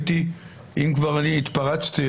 אם כבר אני התפרצתי,